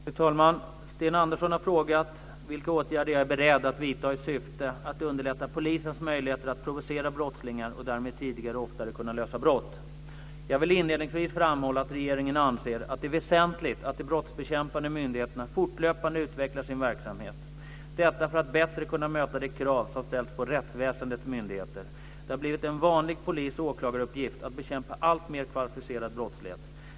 Fru talman! Sten Andersson har frågat vilka åtgärder jag är beredd att vidta i syfte att underlätta polisens möjligheter att provocera brottslingar och därmed tidigare och oftare kunna lösa brott. Jag vill inledningsvis framhålla att regeringen anser att det är väsentligt att de brottsbekämpande myndigheterna fortlöpande utvecklar sin verksamhet. Detta för att bättre kunna möta de krav som ställs på rättsväsendets myndigheter. Det har blivit en vanlig polis och åklagaruppgift att bekämpa alltmer kvalificerad brottslighet.